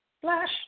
Flash